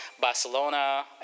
Barcelona